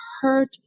hurt